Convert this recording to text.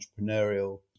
entrepreneurial